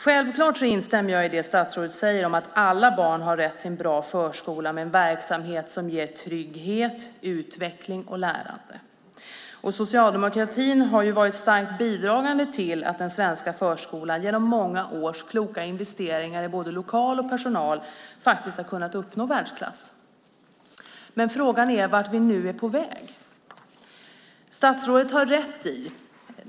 Självklart instämmer jag i det statsrådet säger om att alla barn har rätt till en bra förskola med en verksamhet som ger trygghet, utveckling och lärande. Socialdemokratin har varit starkt bidragande till att den svenska förskolan genom många års kloka investeringar i såväl lokaler som personal faktiskt har kunnat uppnå världsklass. Men frågan är vart vi nu är på väg.